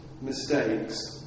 mistakes